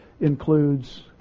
includes